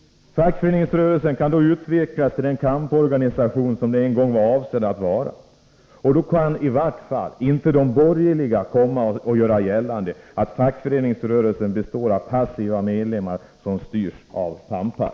Fackföreningsrörelsen kan då utvecklas till den kamporganisation som den en gång var avsedd att vara. Då kan i vart fall inte de borgerliga komma och göra gällande att fackföreningsrörelsen består av passiva medlemmar som styrs av pampar.